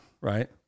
right